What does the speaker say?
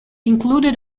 included